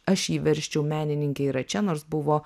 aš jį versčiau menininkė yra čia nors buvo